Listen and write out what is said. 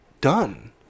done